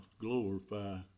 glorify